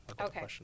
Okay